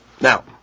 Now